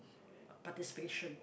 participations